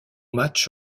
match